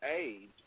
age